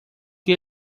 que